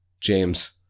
James